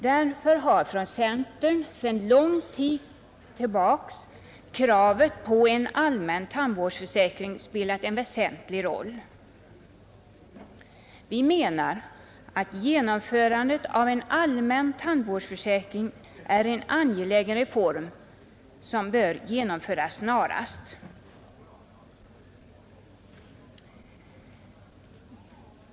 Därför har från centerpartiets sida sedan lång tid tillbaka kravet på en allmän tandvårdsförsäkring spelat en väsentlig roll. Vi menar att genomförandet av en allmän tandvårdsförsäkring är en angelägen reform som bör genomföras snarast.